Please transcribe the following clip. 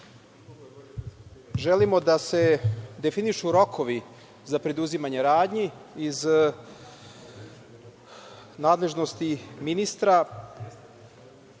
želimo da se definišu rokovi za preduzimanje radnji iz nadležnosti ministra